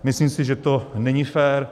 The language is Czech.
Myslím si, že to není fér.